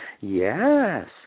Yes